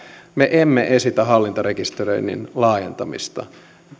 me emme esitä hallintarekisteröinnin laajentamista laki